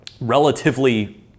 relatively